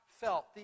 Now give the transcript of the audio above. felt